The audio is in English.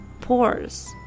pores